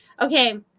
Okay